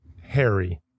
Harry